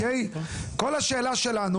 כל השאלה שלנו,